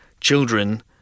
children